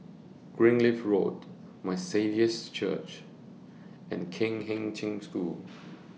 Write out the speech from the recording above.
Greenleaf Road My Saviour's Church and Kheng Cheng School